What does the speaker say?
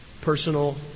Personal